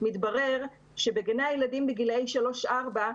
מתברר שבגני הילדים בגילאי 3-4,